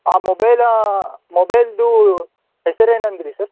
ಆ ಮೊಬೈಲಾ ಮೊಬೈಲ್ದು ಹೆಸರೇನು ಅಂದ್ರಿ ಸರ್